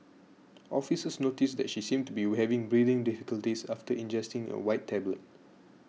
officers noticed that she seemed to be having breathing difficulties after ingesting a white tablet